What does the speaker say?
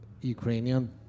Ukrainian